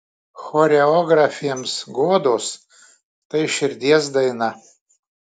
choreografėms godos tai širdies daina